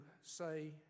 say